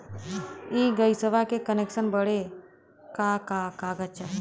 इ गइसवा के कनेक्सन बड़े का का कागज चाही?